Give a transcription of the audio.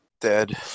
Dead